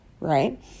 right